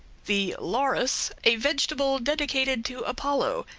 the laurus, a vegetable dedicated to apollo,